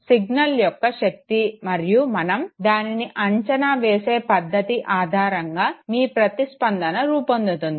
ఇది సిగ్నల్ యొక్క శక్తి మరియు మనం దానిని అంచనా వేసే పద్దతి ఆధారంగా మీ ప్రతిస్పందన రూపొందుతుంది